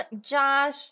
Josh